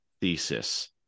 thesis